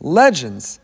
legends